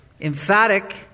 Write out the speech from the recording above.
emphatic